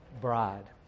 bride